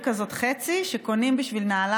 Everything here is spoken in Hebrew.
חצי גרב כזאת,